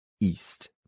east